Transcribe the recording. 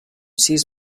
sis